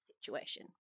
situation